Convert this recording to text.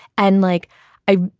and like i